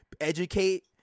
educate